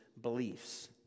beliefs